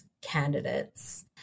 candidates